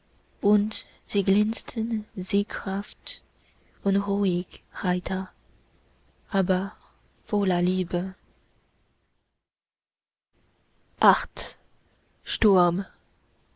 und sie glänzten sieghaft und ruhig heiter aber voller liebe